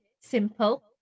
simple